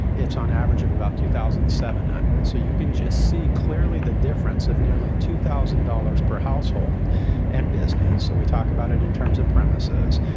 it's on average of about two thousand seven hundred dollars. so you can just see clearly the difference of nearly two thousand dollars per household and business. we talk about it in terms of premises.